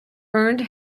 earned